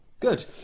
Good